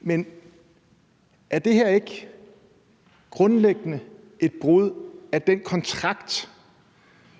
men er det her ikke grundlæggende et brud på den kontrakt,